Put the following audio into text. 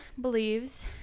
believes